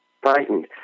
frightened